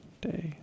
Day